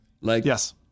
Yes